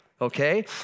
okay